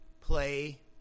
play